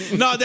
no